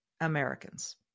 Americans